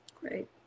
Great